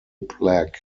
plaque